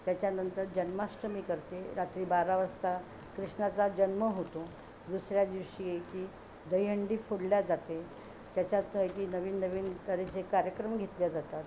त्याच्यानंतर जन्माष्टमी करते रात्री बारा वाजता कृष्णाचा जन्म होतो दुसऱ्या दिवशी की दहीहंडी फोडली जाते त्याच्यात की नवीन नवीन तऱ्हेचे कार्यक्रम घेतले जातात